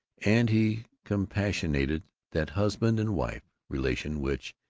and he compassionated that husband-and-wife relation which,